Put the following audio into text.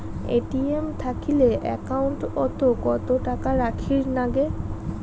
ATM থাকিলে account ওত কত টাকা রাখীর নাগে?